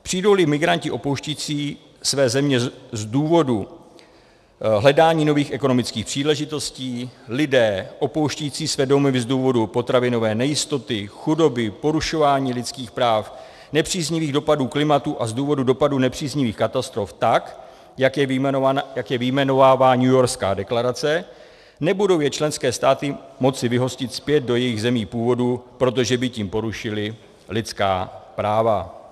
Přijdouli migranti opouštějící své země z důvodu hledání nových ekonomických příležitostí, lidé opouštějící své domovy z důvodu potravinové nejistoty, chudoby, porušování lidských práv, nepříznivých dopadů klimatu a z důvodu dopadu nepříznivých katastrof, tak jak je vyjmenovává Newyorská deklarace, nebudou je členské státy moci vyhostit zpět do jejich zemí původu, protože by tím porušily lidská práva.